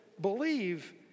Believe